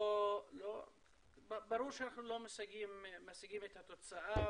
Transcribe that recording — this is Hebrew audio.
ברור שאנחנו לא משיגים את התוצאה